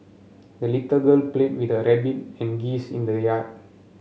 the little girl played with her rabbit and geese in the yard